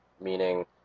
meaning